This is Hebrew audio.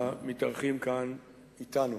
המתארחים כאן אתנו.